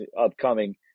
upcoming